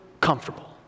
comfortable